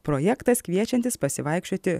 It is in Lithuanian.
projektas kviečiantis pasivaikščioti